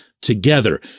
together